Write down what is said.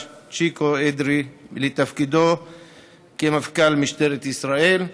צ'יקו אדרי בתפקידו כמפכ"ל משטרת ישראל.